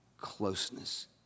closeness